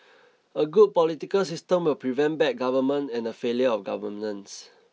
a good political system will prevent bad government and the failure of governance